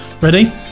ready